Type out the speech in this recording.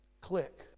click